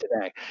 today